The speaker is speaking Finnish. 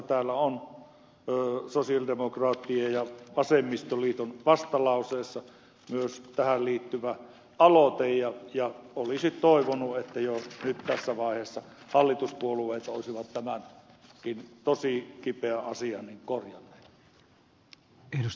täällä on sosialidemokraattien ja vasemmistoliiton vastalauseessa myös tähän liittyvä aloite ja olisin toivonut että jo nyt tässä vaiheessa hallituspuolueet olisivat tämänkin tosi kipeän asian korjanneet